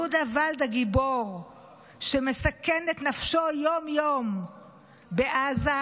יהודה ולד, הגיבור שמסכן את נפשו יום-יום בעזה,